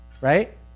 Right